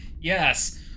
yes